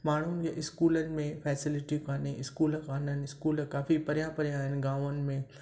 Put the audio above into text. माण्हू इस्कूलनि में फैसिलिटियूं कोन्हे इस्कूल कोन आहिनि इस्कूल काफ़ी परियां परियां आहिनि गामनि में